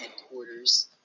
headquarters